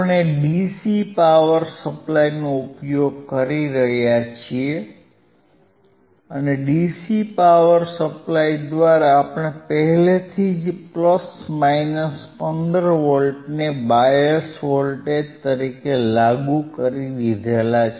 આપણે DC power સપ્લાયનો ઉપયોગ કરી રહ્યા છીએ અને ડીસી પાવર સપ્લાય દ્વારા આપણે પહેલેથી જ પ્લસ માઇનસ 15 વોલ્ટને બાયસ વોલ્ટેજ તરીકે લાગુ કરી દીધા છે